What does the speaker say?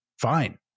fine